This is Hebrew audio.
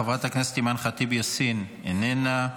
חברת הכנסת אימאן ח'טיב יאסין, איננה,